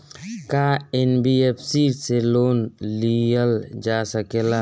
का एन.बी.एफ.सी से लोन लियल जा सकेला?